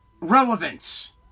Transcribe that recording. relevance